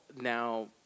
now